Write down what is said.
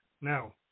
Now